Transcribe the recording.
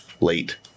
Late